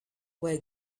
where